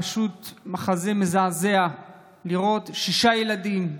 פשוט מחזה מזעזע לראות שישה ילדים,